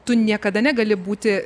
tu niekada negali būti